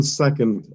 second